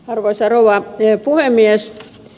arvoisa rouva puhemies